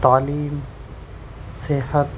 تعلیم صحت